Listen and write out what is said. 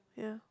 yeah